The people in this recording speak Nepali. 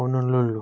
होनोलुलु